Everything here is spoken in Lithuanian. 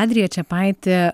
adrija čepaitė